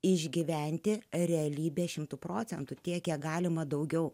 išgyventi realybę šimtu procentų tiek kiek galima daugiau